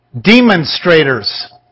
Demonstrators